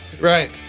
Right